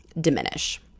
diminish